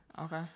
Okay